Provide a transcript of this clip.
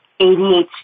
ADHD